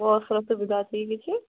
ବସ୍ର ସୁବିଧା ଅଛି କି କିଛି